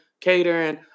catering